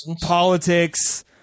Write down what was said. politics